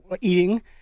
eating